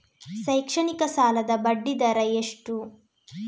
ಶೈಕ್ಷಣಿಕ ಸಾಲದ ಬಡ್ಡಿ ದರ ಎಷ್ಟು?